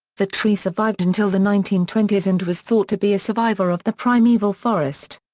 the tree survived until the nineteen twenty s and was thought to be a survivor of the primeval forest.